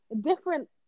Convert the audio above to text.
different